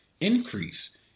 increase